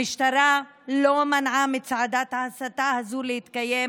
המשטרה לא מנעה מצעדת ההסתה הזאת להתקיים